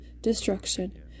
destruction